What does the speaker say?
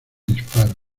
disparo